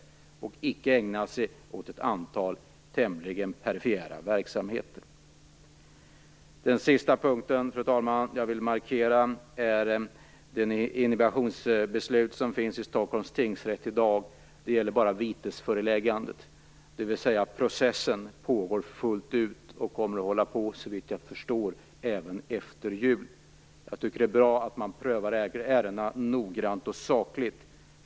Man skall icke ägna sig åt ett antal tämligen perifera verksamheter. Till sist vill jag ta upp det beslut som fattades av Stockholms tingsrätt i dag och som gällde vitesföreläggandet. Processen pågår för fullt, och såvitt jag förstår kommer den att hålla på även efter jul. Jag tycker att det är bra att frågan prövas noggrant och sakligt.